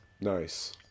Nice